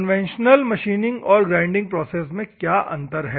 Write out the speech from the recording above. conventional machining और grinding process में क्या फर्क है